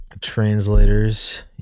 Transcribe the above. translators